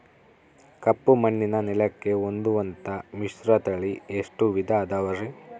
ಕಪ್ಪುಮಣ್ಣಿನ ನೆಲಕ್ಕೆ ಹೊಂದುವಂಥ ಮಿಶ್ರತಳಿ ಎಷ್ಟು ವಿಧ ಅದವರಿ?